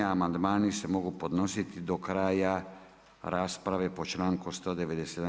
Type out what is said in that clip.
Amandmani se mogu podnositi do kraja rasprave po članku 197.